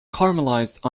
caramelized